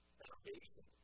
foundation